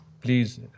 please